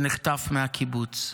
שנחטף מהקיבוץ,